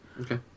Okay